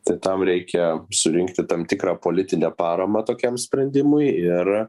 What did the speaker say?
tai tam reikia surinkti tam tikrą politinę paramą tokiam sprendimui ir